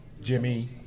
Jimmy